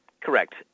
correct